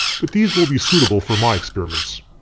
but these will be suitable for my experiments.